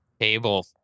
table